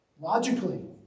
logically